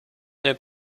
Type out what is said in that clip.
near